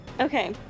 Okay